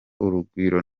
urugwiro